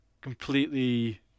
completely